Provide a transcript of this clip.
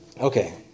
Okay